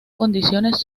condiciones